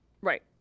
Right